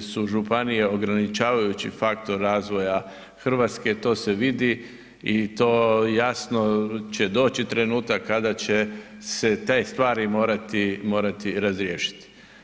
su županije ograničavajući faktor razvoja Hrvatske, to se vidi i to jasno će doći trenutak kada će se te stvari morati, morati razriješiti.